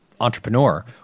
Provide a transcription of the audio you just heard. Entrepreneur